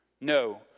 No